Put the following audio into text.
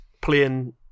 playing